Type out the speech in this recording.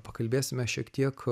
pakalbėsime šiek tiek